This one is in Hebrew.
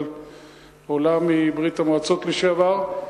אבל עולה מברית-המועצות לשעבר.